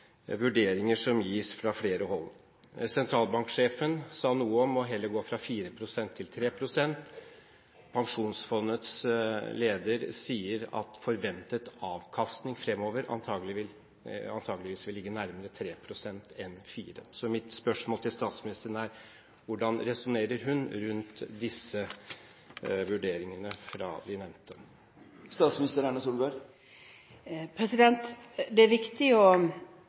vurderinger som gis fra flere hold. Sentralbanksjefen sa noe om at en heller bør gå fra 4 pst. til 3 pst. Pensjonsfondets leder sier at forventet avkastning fremover antakeligvis vil ligge nærmere 3 pst. enn 4 pst. Mitt spørsmål til statsministeren er: Hvordan resonnerer hun rundt disse vurderingene fra de ovennevnte? Det er viktig å stille seg det grunnleggende spørsmålet: Er